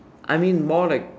I mean more like